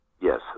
Yes